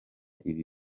ibi